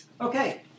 Okay